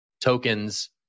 Tokens